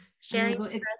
Sharing